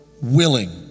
willing